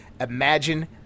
Imagine